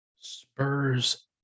spurs